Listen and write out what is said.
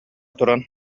туран